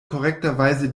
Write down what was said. korrekterweise